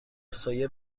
سایه